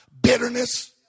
bitterness